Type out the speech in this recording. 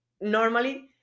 normally